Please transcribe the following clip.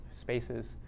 spaces